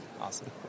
Awesome